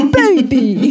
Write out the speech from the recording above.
baby